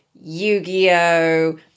Yu-Gi-Oh